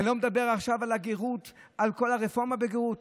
אני לא מדבר עכשיו על הגרות, על כל הרפורמה בגרות.